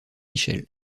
michel